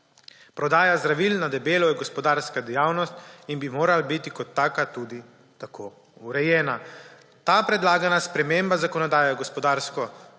Prodaja zdravil na debelo je gospodarska dejavnost in bi morala biti kot taka tudi tako urejena. Ta predlagana sprememba zakonodaje – gospodarsko vprašanje,